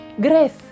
grace